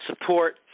support